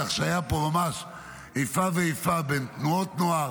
כך שהיה פה ממש איפה ואיפה בין תנועות נוער